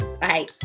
Bye